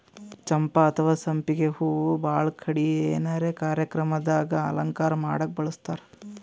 ಚಂಪಾ ಅಥವಾ ಸಂಪಿಗ್ ಹೂವಾ ಭಾಳ್ ಕಡಿ ಏನರೆ ಕಾರ್ಯಕ್ರಮ್ ದಾಗ್ ಅಲಂಕಾರ್ ಮಾಡಕ್ಕ್ ಬಳಸ್ತಾರ್